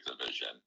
Division